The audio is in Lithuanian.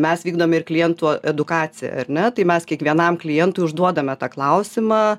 mes vykdome ir klientų edukaciją ar ne tai mes kiekvienam klientui užduodame tą klausimą